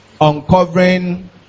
Uncovering